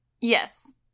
Yes